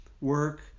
work